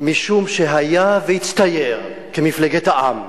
בבחירות משום שהיה והצטייר כמפלגת העם.